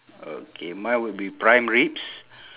okay mine would be prime ribs